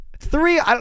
Three